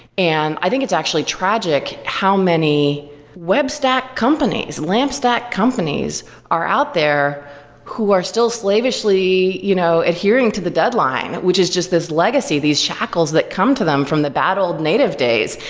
and i think it's actually tragic how many web stack companies, lamp stack companies are out there who are still slavishly you know adhering to the deadline which is just this legacy, these shackles that come to them from the bad old native days.